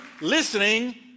listening